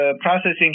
processing